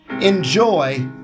Enjoy